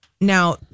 now